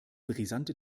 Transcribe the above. brisante